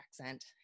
accent